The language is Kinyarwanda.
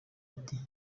ati